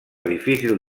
difícil